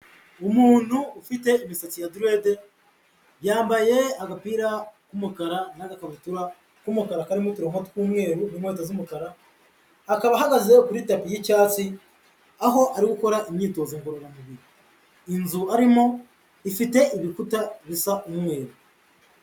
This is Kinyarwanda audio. Umuntu ufite imisatsi ya direde, yambaye agapira k'umukara n'agakabutura k'umukara karimo uturongo tw'umweru, inkoto z'umukara, akaba ahagaze kuri tapi y'icyatsi aho ari gukora imyitozo ngororamubiri, inzu arimo ifite ibikuta bisa umweru.